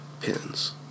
pins